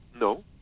No